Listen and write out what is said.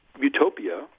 utopia